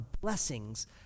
blessings